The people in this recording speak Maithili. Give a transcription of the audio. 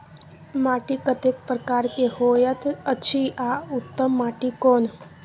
माटी कतेक प्रकार के होयत अछि आ उत्तम माटी कोन?